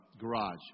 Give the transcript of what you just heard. garage